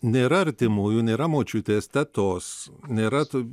nėra artimųjų nėra močiutės tetos nėra